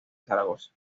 zaragoza